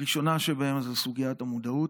הראשונה שבהן זו סוגיית המודעות,